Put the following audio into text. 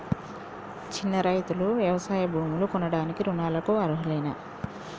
చిన్న రైతులు వ్యవసాయ భూములు కొనడానికి రుణాలకు అర్హులేనా?